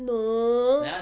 no